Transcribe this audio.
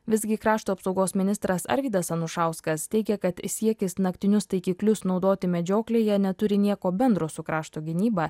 visgi krašto apsaugos ministras arvydas anušauskas teigia kad siekis naktinius taikiklius naudoti medžioklėje neturi nieko bendro su krašto gynyba